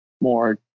more